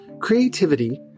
Creativity